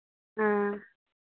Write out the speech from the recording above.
हँ